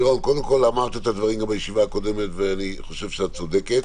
אמרת את הדברים גם בישיבה הקודמת ואני חושב שאת צודקת.